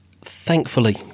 Thankfully